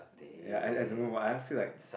ya I I don't know what I feel like